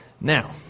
Now